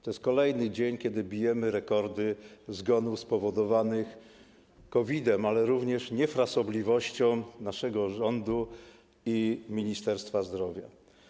To jest kolejny dzień, kiedy bijemy rekordy zgonów spowodowanych COVID-em, ale również niefrasobliwością naszego rządu i Ministerstwa Zdrowia.